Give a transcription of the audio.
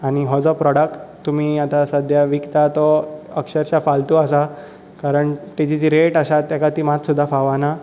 आनी हो जो प्रोडक्ट तुमी आतां सद्द्या विकता तो अक्षरशा फालतू आसा कारण तेची जी रॅट आसा ताका ती मात सुद्दां फावना